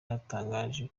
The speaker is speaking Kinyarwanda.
yatangaje